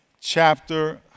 chapter